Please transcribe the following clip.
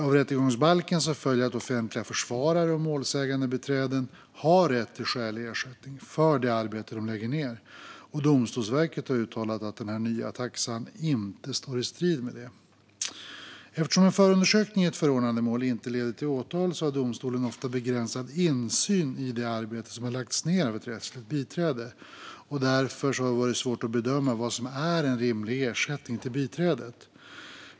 Av rättegångsbalken följer att offentliga försvarare och målsägandebiträden har rätt till skälig ersättning för det arbete de lägger ned. Domstolsverket har uttalat att den nya taxan inte står i strid med detta. Eftersom en förundersökning i ett förordnandemål inte leder till åtal har domstolen ofta begränsad insyn i det arbete som har lagts ned av ett rättsligt biträde. Det har därför varit svårt att bedöma vad som är en rimlig ersättning till biträdet.